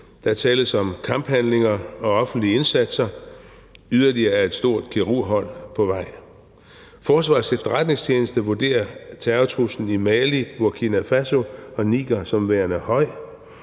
Der tales om kamphandlinger og offensive indsatser, og yderligere er et stort kirurghold på vej. Forsvarets Efterretningstjeneste vurderer terrortruslen i Mali, Burkina Faso og Niger som værende høj,